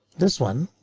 this one.